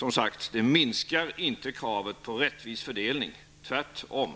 Men det minskar inte kravet på rättvis fördelning, tvärtom.